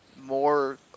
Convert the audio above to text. more